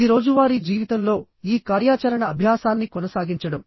ఇది రోజువారీ జీవితంలో ఈ కార్యాచరణ అభ్యాసాన్ని కొనసాగించడం